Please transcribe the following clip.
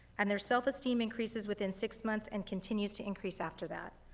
and their self esteem increases within six months and continues to increase after that.